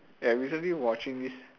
ya I recently watching this